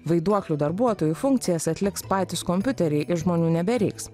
vaiduoklių darbuotojų funkcijas atliks patys kompiuteriai ir žmonių nebereiks